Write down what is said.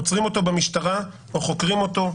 עוצרים אותו במשטרה או חוקרים אותו.